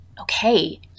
okay